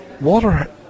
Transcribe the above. Water